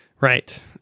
right